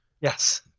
Yes